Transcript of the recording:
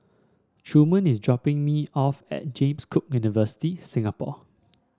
Truman is dropping me off at James Cook University Singapore